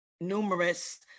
numerous